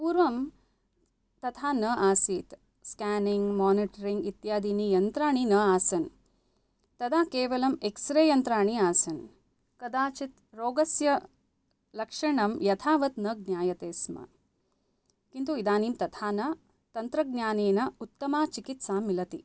पूर्वं तथा न आसीत् स्केनिङ्ग् मोनिटरिङ्ग् इत्यादीनि यन्त्रणि न आसन् तदा केवलम् एक्स्रे यन्त्राणि आसन् कदाचित् रोगस्य लक्षणं यथावत् न ज्ञायते स्म किन्तु इदानीं तथा न तन्त्रज्ञानेन उत्तमचिकित्सा मिलति